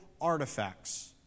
artifacts